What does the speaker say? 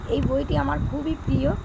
এই বইটি আমার খুবই প্রিয়